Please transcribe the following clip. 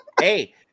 Hey